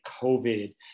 COVID